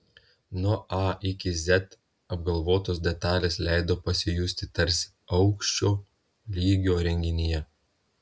nuo a iki z apgalvotos detalės leido pasijusti tarsi aukščio lygio renginyje